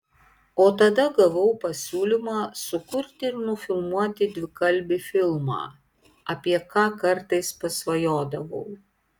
o tada gavau pasiūlymą sukurti ir nufilmuoti dvikalbį filmą apie ką kartais pasvajodavau